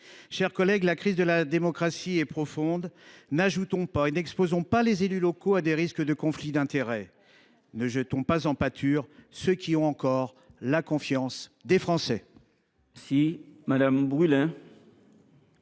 chers collègues, la crise de la démocratie est profonde. N’en ajoutons pas et n’exposons pas les élus locaux à des risques de conflits d’intérêts ; ne jetons pas en pâture ceux qui bénéficient encore de la confiance des Français